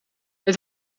het